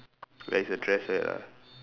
like it's a dress like that ah